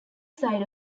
side